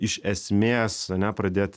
iš esmės ane pradėt